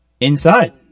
Inside